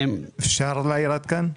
אפשר להעיר עד כאן?